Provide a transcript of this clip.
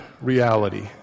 reality